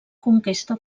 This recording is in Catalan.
conquesta